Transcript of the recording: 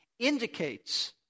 indicates